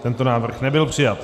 Tento návrh nebyl přijat.